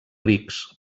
rics